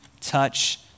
touch